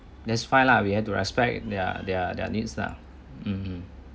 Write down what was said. that's fine lah we have to respect their their their needs uh mm mm